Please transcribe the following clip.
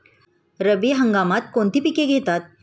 रब्बी हंगामात कोणती पिके घेतात?